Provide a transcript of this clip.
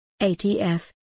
ATF